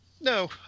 No